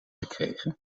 gekregen